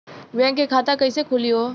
Bank मे खाता कईसे खुली हो?